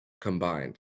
combined